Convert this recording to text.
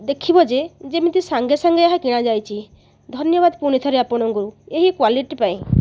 ଦେଖିବ ଯେ ଯେମିତି ସାଙ୍ଗେ ସାଙ୍ଗେ ଏହା କିଣାଯାଇଛି ଧନ୍ୟବାଦ୍ ପୁଣିଥରେ ଆପଣଙ୍କୁ ଏହି କ୍ଵାଲିଟି ପାଇଁ